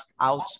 out